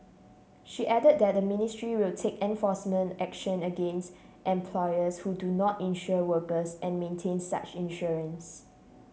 she added that the ministry will take enforcement action against employers who do not insure workers and maintain such insurance